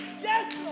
Yes